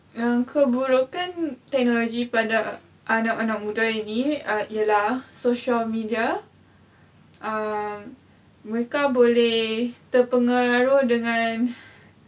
yang keburukan teknologi pada anak-anak muda ini err ialah social media um mereka boleh terpengaruh dengan